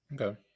Okay